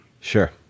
Sure